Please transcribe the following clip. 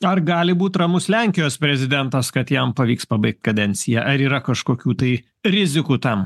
ar gali būt ramus lenkijos prezidentas kad jam pavyks pabaigt kadenciją ar yra kažkokių tai rizikų tam